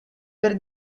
per